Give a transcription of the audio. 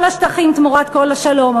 כל השטחים תמורת כל השלום.